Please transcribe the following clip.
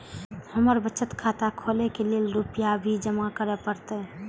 हमर बचत खाता खोले के लेल रूपया भी जमा करे परते?